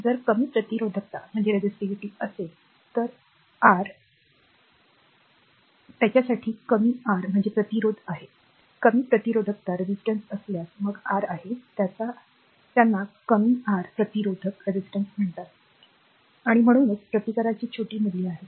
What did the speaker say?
जर कमी प्रतिरोधकता असेल तर आर करा त्यांच्याकडे कमी r प्रतिरोध आहे कमी प्रतिरोधकता असल्यास मग आर आहे त्यांना कमी आर प्रतिरोध म्हणतात बरोबर आणि म्हणूनच प्रतिकारांची छोटी मूल्ये आहेत